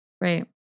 right